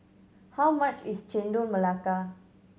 how much is Chendol Melaka